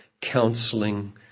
counseling